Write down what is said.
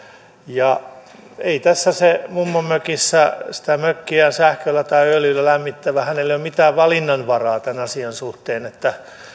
ei tässä sillä mummonmökissä sitä mökkiään sähköllä tai öljyllä lämmittävällä ole mitään valinnanvaraa tämän asian suhteen